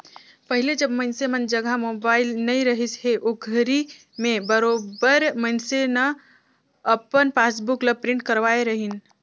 पहिले जब मइनसे मन जघा मोबाईल नइ रहिस हे ओघरी में बरोबर मइनसे न अपन पासबुक ल प्रिंट करवाय रहीन